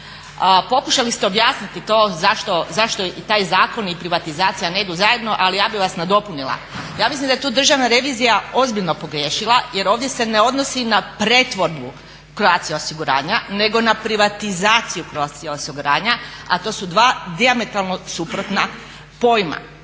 Pokušali ste objasniti to zašto i taj zakon i privatizacija ne idu zajedno, ali ja bih vas nadopunila. Ja mislim da je tu Državna revizija ozbiljno pogriješila, jer ovdje se ne odnosi na pretvorbu Croatia osiguranja, nego na privatizaciju Croatia osiguranja, a to su dva dijametralno suprotna pojma.